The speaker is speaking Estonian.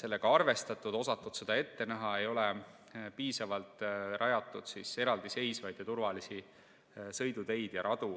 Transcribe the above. sellega arvestatud, ei ole osatud seda ette näha, ei ole piisavalt rajatud eraldiseisvaid ja turvalisi sõiduteid ja -radu